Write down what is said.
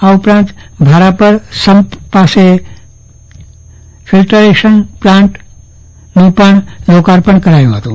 આ ઉપરાંત ભારાપર સંપ ખાતે ફીલ્ટરેશન પ્લાન્ટનું પણ લોકાર્પણ કરાયું હતું